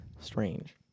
strange